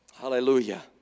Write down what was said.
Hallelujah